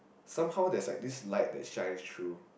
somehow there's like this light that shines through